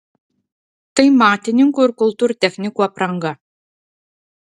tai matininkų ir kultūrtechnikų apranga